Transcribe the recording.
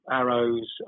arrows